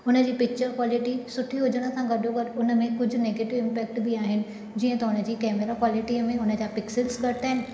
उनजी picture quality सुठी हुजण सां गॾो गॾु उन में कुझु नैगेटिव इम्पैक्ट बि आहिनि जीअं त उनजी कैमरा क्वालिटीअ में उनजा पिक्सल्स घटि आहिनि